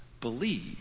believe